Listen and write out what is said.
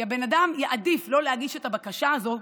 כי הבן אדם יעדיף לא להגיש את הבקשה הזאת,